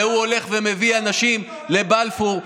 והוא הולך ומביא אנשים לבלפור.